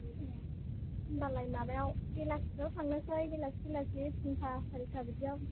ए होमबालाय माबायाव बेलासिफोराव थांनोसै बेलासि बेलासि थिनथा सारिथा बिदियाव